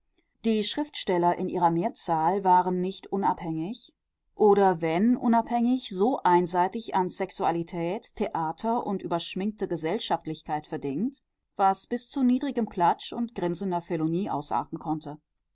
die schriftsteller in ihrer mehrzahl waren nicht unabhängig oder wenn unabhängig so einseitig an sexualität theater und überschminkte gesellschaftlichkeit verdingt was bis zu niedrigem klatsch und grinsender felonie ausarten konnte